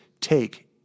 take